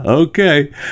Okay